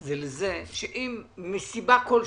לזה שאם מסיבה כל-שהיא,